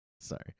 Sorry